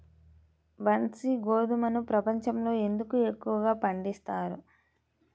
బన్సీ గోధుమను ప్రపంచంలో ఎందుకు ఎక్కువగా పండిస్తారు?